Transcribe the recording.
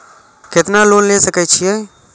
केतना लोन ले सके छीये?